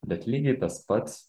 bet lygiai tas pats